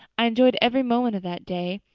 i enjoyed every moment of that day,